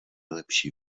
lepší